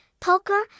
poker